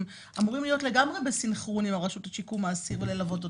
אמורים להיות לגמרי בסנכרון עם הרשות לשיקום האסיר וללוות אותו,